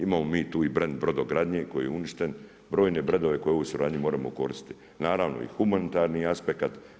Imamo mi tu i brend brodogradnje koji je uništen, brojne brendove koji ovu suradnju moramo koristiti naravno i humanitarni aspekat.